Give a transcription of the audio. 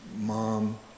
Mom